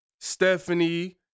stephanie